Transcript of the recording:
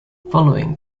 following